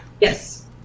Yes